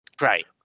right